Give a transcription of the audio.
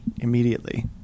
immediately